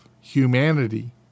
humanity